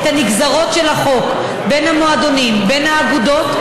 את הנגזרות של החוק בין המועדונים ובין האגודות,